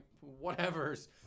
whatever's